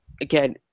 again